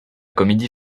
comédie